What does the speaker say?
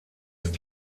ist